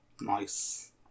Nice